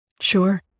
Sure